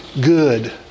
good